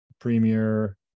Premier